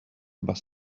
bus